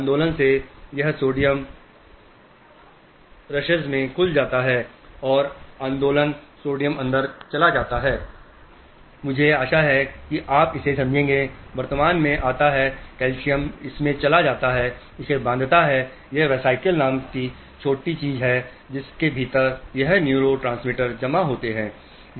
आंदोलन से यह सोडियम रशेस में खुल जाता है और आंदोलन सोडियम अंदर चला जाता है मुझे आशा है कि आप इसे समझेंगे वर्तमान में आता है कैल्शियम इसमें चला जाता है इसे बांधता है यह VESICLE नामक छोटी चीजें हैं जिनके भीतर यह न्यूरोट्रांसमीटर जमा होता है